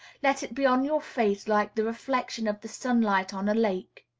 let it be on your face like the reflection of the sunlight on a lake.